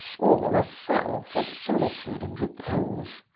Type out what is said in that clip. or a cell for solitude and repose,